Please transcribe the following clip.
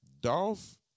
Dolph